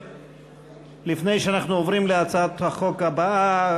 לפני שאנחנו עוברים להצעת החוק הבאה,